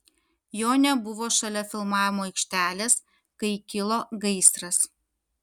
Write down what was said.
jo nebuvo šalia filmavimo aikštelės kai kilo gaisras